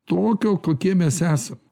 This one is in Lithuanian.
tokio kokie mes esam